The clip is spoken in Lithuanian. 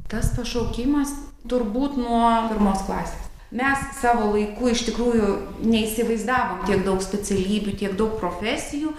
tas pašaukimas turbūt nuo pirmos klasės mes savo laiku iš tikrųjų neįsivaizdavom tiek daug specialybių tiek daug profesijų